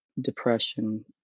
depression